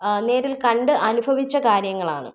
നേരിൽ കണ്ട് അനുഭവിച്ച കാര്യങ്ങളാണ്